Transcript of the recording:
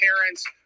parents